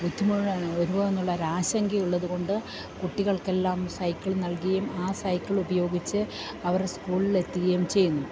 വരുമോ എന്നുള്ളൊരു ആശങ്കയുള്ളതുകൊണ്ട് കുട്ടികൾക്കെല്ലാം സൈക്കിൾ നൽകുകയും ആ സൈക്കിൾ ഉപയോഗിച്ച് അവർ സ്കൂളിലെത്തുകയും ചെയ്യുന്നു